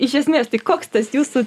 iš esmės tai koks tas jūsų